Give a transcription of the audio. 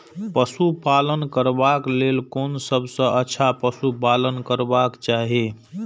पशु पालन करबाक लेल कोन सबसँ अच्छा पशु पालन करबाक चाही?